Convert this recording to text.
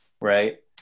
right